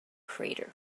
crater